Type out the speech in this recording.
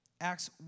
Acts